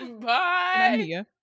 Bye